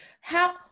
How-